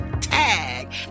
tag